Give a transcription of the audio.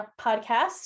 podcast